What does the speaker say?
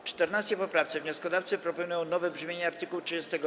W 14. poprawce wnioskodawcy proponują nowe brzmienie art. 30.